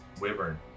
wyvern